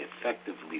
effectively